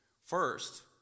First